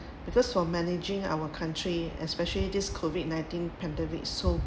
because for managing our country especially this COVID nineteen pandemic so